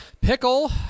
Pickle